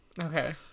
Okay